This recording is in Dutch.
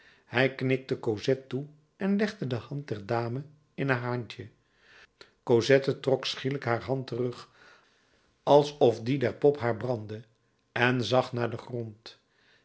hij knikte cosette toe en legde de hand der dame in haar handje cosette trok schielijk haar hand terug alsof die der pop haar brandde en zag naar den grond